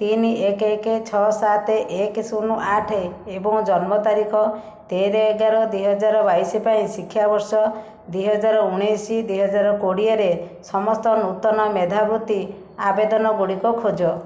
ତିନି ଏକେ ଏକେ ଛଅ ସାତେ ଏକେ ଶୂନ ଆଠେ ଏବଂ ଜନ୍ମ ତାରିଖ ତେର ଏଗାର ଦୁଇ ହଜାର ବାଇଶି ପାଇଁ ଶିକ୍ଷାବର୍ଷ ଦୁଇହଜାର ଉଣେଇଶି ଦୁଇହଜାର କୋଡ଼ିଏରେ ସମସ୍ତ ନୂତନ ମେଧାବୃତ୍ତି ଆବେଦନଗୁଡ଼ିକ ଖୋଜ